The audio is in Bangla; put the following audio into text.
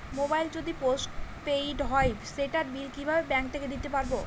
মোবাইল যদি পোসট পেইড হয় সেটার বিল কিভাবে ব্যাংক থেকে দিতে পারব?